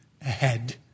ahead